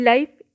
Life